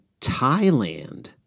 Thailand